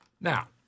Now